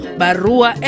barua